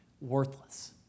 worthless